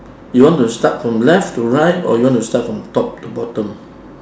you want to start from left to right or you want to start from top to bottom